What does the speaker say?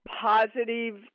positive